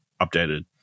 updated